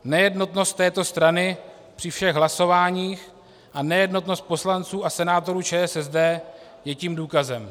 Nejednotnost této strany při všech hlasováních a nejednotnost poslanců a senátorů ČSSD je tím důkazem.